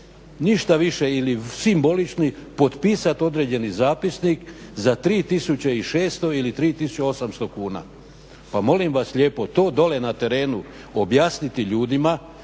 ništa više ili simboličnih potpisati određeni zapisnik za 3600 ili 3800 kuna. Pa molim vas lijepo, to dole na terenu objasniti ljudima,